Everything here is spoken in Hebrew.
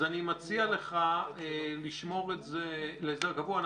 אני מציע לך לשמור את זה להסדר הקבוע.